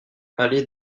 allée